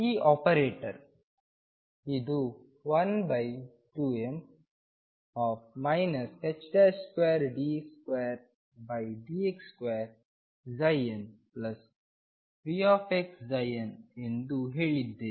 ಈ ಆಪರೇಟರ್ ಇದು 12m 2d2dx2nVxnಎಂದು ಹೇಳಿದ್ದೇವೆ